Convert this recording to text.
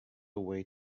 way